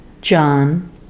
John